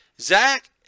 Zach